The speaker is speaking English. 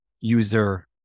user